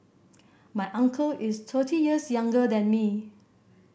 my uncle is thirty years younger than me